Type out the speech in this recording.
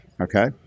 okay